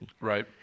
Right